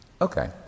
Okay